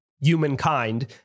humankind